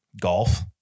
golf